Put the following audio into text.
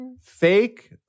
Fake